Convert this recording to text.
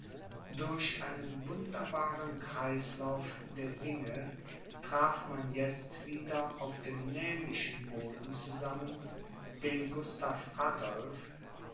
durch einen wunderbaren kreislauf der dinge traf man jetzt wieder auf dem nämlichen boden zusammen den gustav adolph